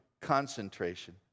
concentration